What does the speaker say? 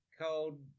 called